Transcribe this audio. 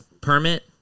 Permit